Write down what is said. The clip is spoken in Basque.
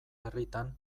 herritan